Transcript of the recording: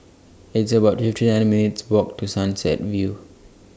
It's about fifty three minutes' Walk to Sunset View